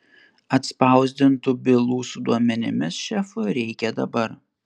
atspausdintų bylų su duomenimis šefui reikia dabar